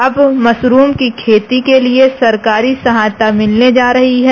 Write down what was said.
अब मशरूम की खेती के लिए सरकारी सहायता मिलने जा रही है